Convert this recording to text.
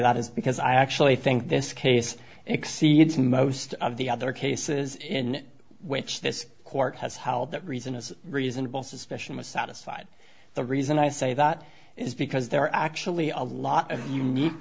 that is because i actually think this case exceeds most of the other cases in which this court has held that reason is reasonable suspicion was satisfied the reason i say that is because there are actually a lot of